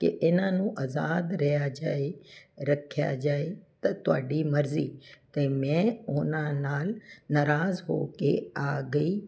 ਕਿ ਇਹਨਾਂ ਨੂੰ ਆਜ਼ਾਦ ਰਿਹਾ ਜਾਏ ਰੱਖਿਆ ਜਾਏ ਤਾਂ ਤੁਹਾਡੀ ਮਰਜ਼ੀ ਅਤੇ ਮੈਂ ਉਹਨਾਂ ਨਾਲ ਨਰਾਜ਼ ਹੋ ਕੇ ਆ ਗਈ